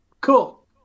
cool